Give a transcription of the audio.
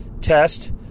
test